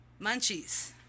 Munchies